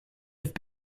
have